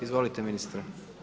Izvolite ministre.